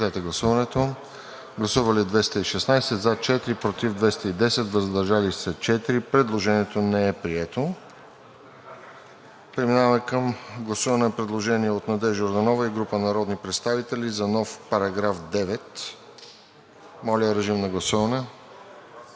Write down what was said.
представители: за 4, против 210, въздържали се 2. Предложението не е прието. Преминаваме към гласуване на предложение от Надежда Йорданова и група народни представители за нов § 9. Моля, режим на гласуване.